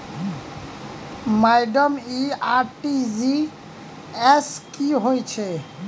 Madam इ RTGS की होइ छैय?